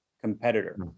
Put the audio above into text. competitor